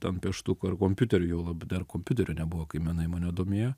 ten pieštuku ar kompiuteriu jau labai dar kompiuterių nebuvo kai menai mane domėjo